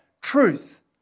truth